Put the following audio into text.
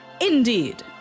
Indeed